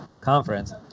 conference